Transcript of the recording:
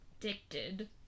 addicted